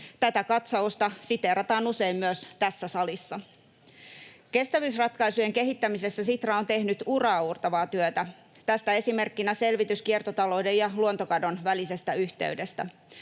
Tätä katsausta siteerataan usein myös tässä salissa. Kestävyysratkaisujen kehittämisessä Sitra on tehnyt uraauurtavaa työtä, tästä esimerkkinä selvitys kiertotalouden ja luontokadon välisestä yhteydestä.